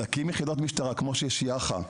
להקים יחידת משטרה כמו שיש יח"א,